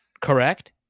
correct